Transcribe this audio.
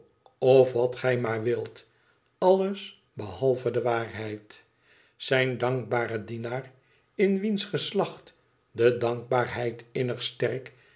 of wat gij maar wilt alles behalve de waarheid zijn dankbare dienaar in wiens geslacht de dankbaarheid innig sterk